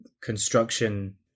construction